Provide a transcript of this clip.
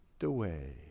away